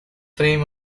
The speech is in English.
frame